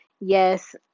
Yes